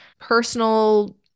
personal